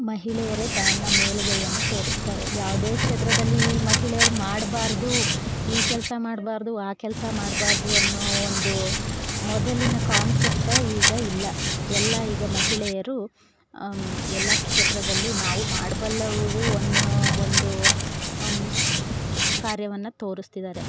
ಮಹಿಳೆಯರೇ ತನ್ನ ಮೇಲುಗೈಯನ್ನು ತೋರಿಸ್ತಾರೆ ಯಾವುದೇ ಕ್ಷೇತ್ರದಲ್ಲಿ ಮಹಿಳೆಯರು ಮಾಡಬಾರ್ದು ಈ ಕೆಲಸ ಮಾಡಬಾರ್ದು ಆ ಕೆಲಸ ಮಾಡಬಾರ್ದು ಅನ್ನೋ ಒಂದು ಮೊದಲಿನ ಕಾನ್ಸೆಪ್ಟೆ ಈಗ ಇಲ್ಲ ಎಲ್ಲ ಈಗ ಮಹಿಳೆಯರು ಎಲ್ಲ ಕ್ಷೇತ್ರದಲ್ಲೂ ನಾವು ಮಾಡ್ಬಲ್ಲವು ಅನ್ನೋ ಒಂದು ಕಾರ್ಯವನ್ನು ತೋರಿಸ್ತಿದಾರೆ